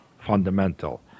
fundamental